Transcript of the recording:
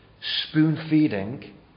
spoon-feeding